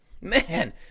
man